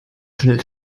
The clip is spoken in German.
schnell